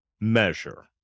measure